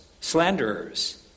slanderers